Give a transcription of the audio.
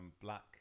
black